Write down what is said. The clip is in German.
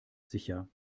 sicher